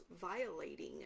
violating